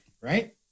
Right